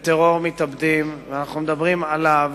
בטרור מתאבדים ואנחנו מדברים עליו.